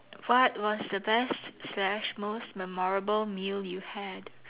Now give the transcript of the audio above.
what was the best slash most memorable meal you had